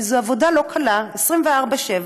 כי זאת עבודה לא קלה של 24/7,